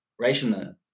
Rational